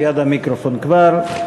ליד המיקרופון כבר.